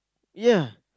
ya